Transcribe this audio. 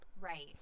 Right